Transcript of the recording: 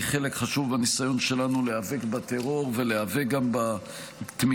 היא חלק חשוב בניסיון שלנו להיאבק בטרור ולהיאבק גם בתמיכה